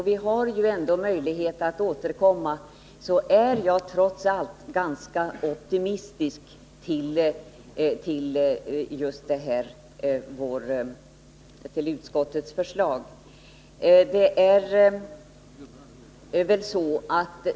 Vi har möjlighet att återkomma, så i det läget är jag trots allt ganska optimistisk beträffande utskottets förslag.